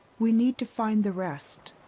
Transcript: we need to find the rest.